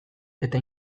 eta